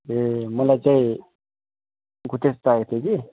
ए मलाई चाहिँ गोद्रेज चाहिएको थियो कि